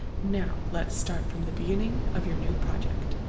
now, let's start from the beginning of your new project!